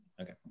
Okay